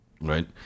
right